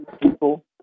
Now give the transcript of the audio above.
people